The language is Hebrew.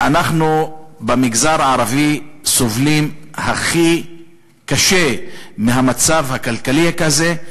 אנחנו במגזר הערבי סובלים הכי קשה מהמצב הכלכלי הזה.